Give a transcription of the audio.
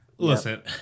Listen